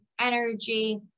energy